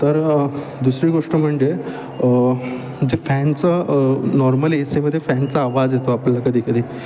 तर दुसरी गोष्ट म्हणजे जे फॅनचं नॉर्मल एसीमदे फॅनचा आवाज येतो आपल्याला कधी कधी